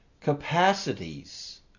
capacities